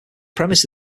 premise